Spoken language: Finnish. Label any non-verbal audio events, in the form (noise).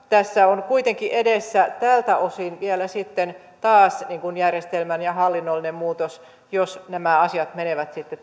tässä on kuitenkin edessä tältä osin vielä taas järjestelmän ja hallinnollinen muutos jos nämä asiat menevät sitten (unintelligible)